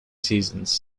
seasons